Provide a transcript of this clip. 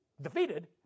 Defeated